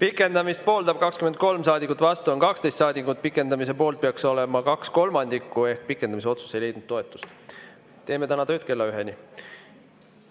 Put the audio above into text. Pikendamist pooldab 23 saadikut, vastu on 12 saadikut. Pikendamise poolt peaks olema vähemalt kaks kolmandikku, seega pikendamise otsus ei leidnud toetust. Teeme täna tööd kella üheni.